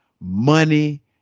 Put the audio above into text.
money